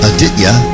Aditya